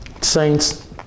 Saints